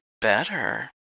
better